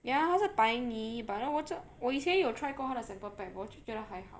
ya 它是白米 but then 我就我以前有 try 过它的 sample pack 我就觉得还好